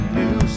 new